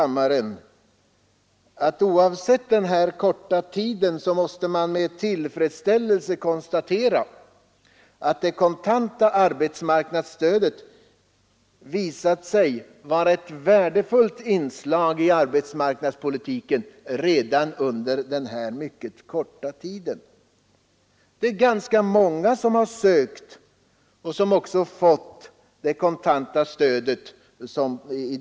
Men oavsett denna korta tid måste man med tillfredsställelse konstatera att det kontanta arbetsmarknadsstödet visat sig vara ett värdefullt inslag i arbetsmarknadspolitiken redan under denna mycket korta tid. Det är ganska många som har sökt och också fått detta kontanta stöd.